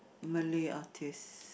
Malay artistes